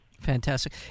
Fantastic